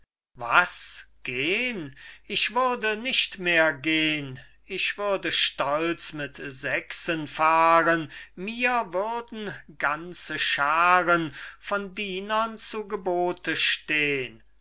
gehn was gehn ich würde nicht mehr gehn ich würde stolz mit sechsen fahren mir würden ganze scharen von dienern zu gebote stehn